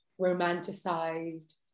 romanticized